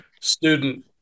student